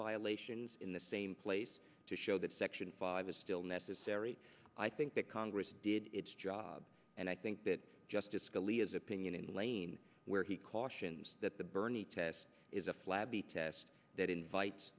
violations in the same place to show that section five is still necessary i think that congress did its job and i think that justice scalia's opinion in the lane where he cautions that the burnie test is a flabby test that invites